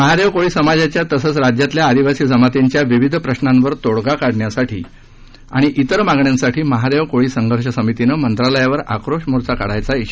महादेव कोळी समाजाच्या तसंच राज्यातल्या आदिवासी जमातींच्या विविध प्रश्नावर तोडगा काढण्यासाठी आणि विर मागण्यांसाठी महादेव कोळी संघर्ष समितीनं मंत्रालयावर आक्रोश मोर्चा काढायचा शिरा दिला आहे